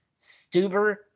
Stuber